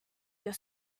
your